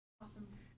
Awesome